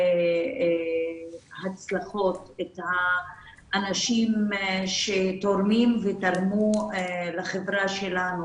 ההצלחות, את האנשים שתורמים ותרמו לחברה שלנו